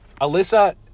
Alyssa